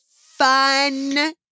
fun